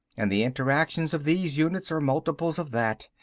and the interactions of these units are multiples of that.